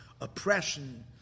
oppression